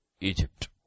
Egypt